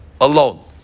alone